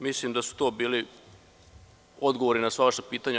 Mislim da su to bili odgovori na sva vaša pitanja.